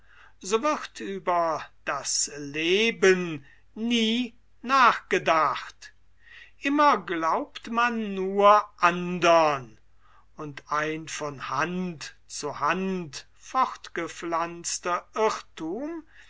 so wird über das leben nie nachgedacht immer glaubt man nur und ein von hand zu hand fortgepflanzter irrthum